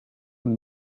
een